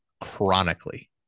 chronically